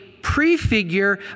prefigure